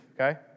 okay